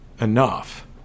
enough